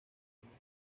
mismos